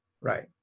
Right